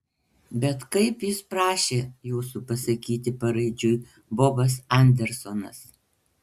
bet kaip jis prašė jūsų pasakyti paraidžiui bobas andersonas